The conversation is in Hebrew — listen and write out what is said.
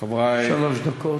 חברי, שלוש דקות.